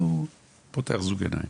אז זה פותח זוג עיניים.